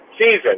season